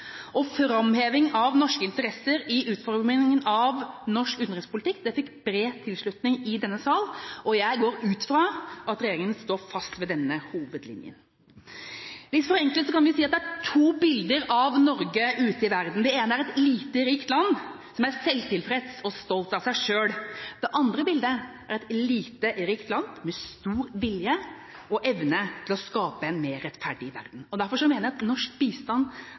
Framheving av norske interesser i utformingen av norsk utenrikspolitikk fikk bred tilslutning i denne sal, og jeg går ut fra at regjeringa står fast ved denne hovedlinjen. Litt forenklet kan vi si at det er to bilder av Norge ute i verden. Det ene er et lite, rikt land som er selvtilfreds og stolt av seg selv. Det andre bildet er et lite, rikt land med stor vilje og evne til å skape en mer rettferdig verden. Derfor mener jeg at norsk bistand